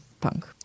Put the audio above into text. punk